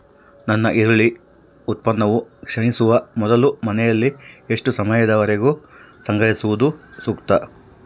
ನನ್ನ ಈರುಳ್ಳಿ ಉತ್ಪನ್ನವು ಕ್ಷೇಣಿಸುವ ಮೊದಲು ಮನೆಯಲ್ಲಿ ಎಷ್ಟು ಸಮಯದವರೆಗೆ ಸಂಗ್ರಹಿಸುವುದು ಸೂಕ್ತ?